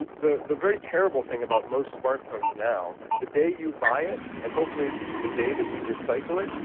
the the very terrible thing about most smartphones now, the day you buy it, and hopefully the day that you recycle it,